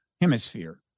hemisphere